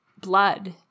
blood